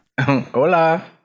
Hola